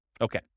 Okay